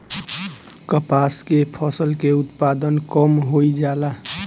कपास के फसल के उत्पादन कम होइ जाला?